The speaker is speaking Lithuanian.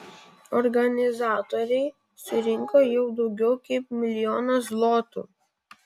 organizatoriai surinko jau daugiau kaip milijoną zlotų